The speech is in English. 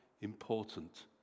important